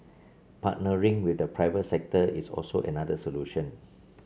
partnering with the private sector is also another solution